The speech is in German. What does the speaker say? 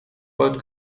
gold